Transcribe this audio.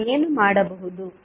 ನಾವು ಏನು ಮಾಡಬಹುದು